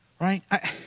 right